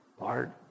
Lord